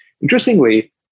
Interestingly